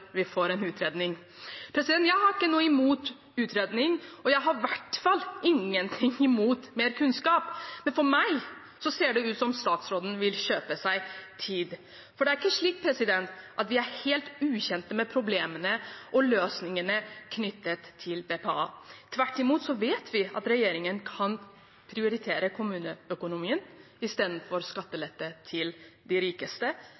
vi får en utredning. Jeg har ikke noe imot utredninger, og jeg har i hvert fall ingenting imot mer kunnskap, men for meg ser det ut som om statsråden vil kjøpe seg tid. For det er ikke slik at vi er helt ukjent med problemene og løsningene knyttet til BPA. Tvert imot vet vi at regjeringen kan prioritere kommuneøkonomi istedenfor skattelette til de rikeste,